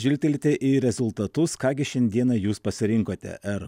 žvilgtelti į rezultatus ką gi šiandieną jūs pasirinkote ar